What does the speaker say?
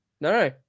no